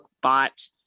bought